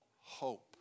hope